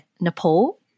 Nepal